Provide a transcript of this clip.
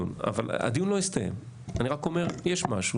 רק אומר, יש משהו.